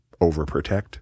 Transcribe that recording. overprotect